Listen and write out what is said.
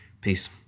Peace